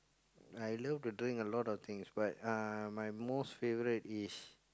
I love to drink a lot of things but uh my most favourite is